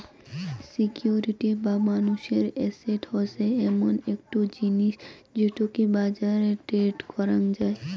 security বা মানুষের asset হসে এমন একটো জিনিস যেটোকে বাজারে ট্রেড করাং যাই